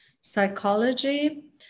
psychology